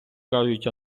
кажуть